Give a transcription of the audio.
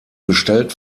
bestellt